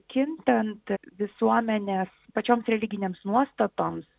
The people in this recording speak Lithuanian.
kintant visuomenės pačioms religinėms nuostatoms